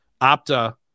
Opta